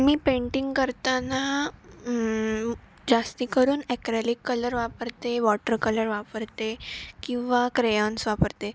मी painting करताना जास्तीकरून acrylic colour वापरते वॉटर कलर वापरते किंवा क्रेयॉन्स वापरते